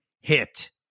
hit